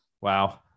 wow